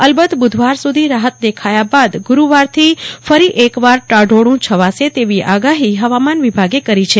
અલબત્ત બુધવાર સુધી રાહત દેખાયા બાદ ગુરૂવાર થી ફરી એકવાર ટાઢોડું છવાશે તેવી આગાફી હવામાન વિભાગે કરી છે